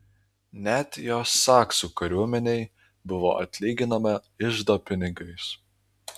net jo saksų kariuomenei buvo atlyginama iždo pinigais